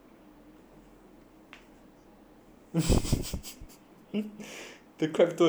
the crab tour is the high level [one] sia